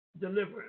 deliverance